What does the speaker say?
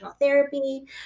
therapy